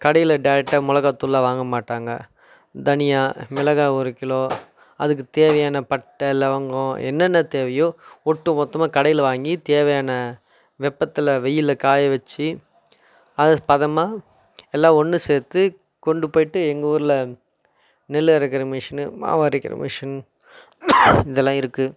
கடையில் டேரெக்டாக மிளகாத்தூள்லாம் வாங்க மாட்டாங்க தனியாக மிளகாய் ஒரு கிலோ அதுக்குத் தேவையான பட்டை லவங்கம் என்னென்ன தேவையோ ஒட்டு மொத்தமாக கடையில் வாங்கி தேவையான வெப்பத்தில் வெயிலில் காய வச்சு அதை பதமாக எல்லாம் ஒன்று சேர்த்து கொண்டுபோய்ட்டு எங்கள் ஊரில் நெல் அரைக்கிற மிஷின் மாவு அரைக்கிற மிஷின் இதெல்லாம் இருக்குது